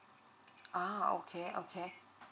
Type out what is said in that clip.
uh okay okay